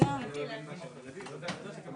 אלא חשיפה לכמה